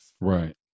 Right